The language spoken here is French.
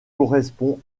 correspond